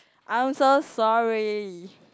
I'm so sorry